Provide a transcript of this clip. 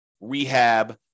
rehab